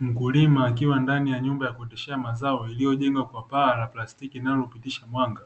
Mkulima akiwa ndani ya nyumba ya kuoteshea mazao yaliyojengwa kwa palastiki inayofikisha mwanga,